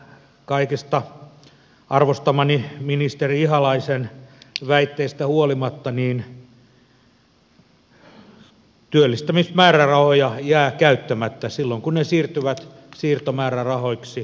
kaikista arvostamani ministeri ihalaisen väitteistä huolimatta työllistämismäärärahoja jää käyttämättä silloin kun ne siirtyvät siirtomäärärahoiksi